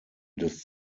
des